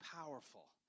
powerful